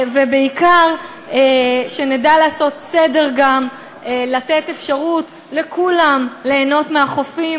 ובעיקר שנדע לעשות סדר וגם לתת אפשרות לכולם ליהנות מהחופים,